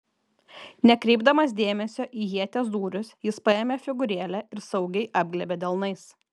nekreipdamas dėmesio į ieties dūrius jis paėmė figūrėlę ir saugiai apglėbė delnais